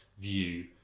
view